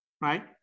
Right